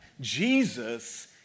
Jesus